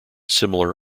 similar